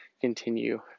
continue